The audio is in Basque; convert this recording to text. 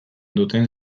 duten